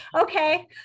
Okay